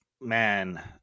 man